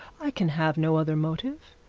i can have no other motive.